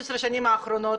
15 השנים האחרונות.